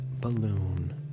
balloon